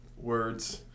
Words